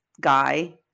guy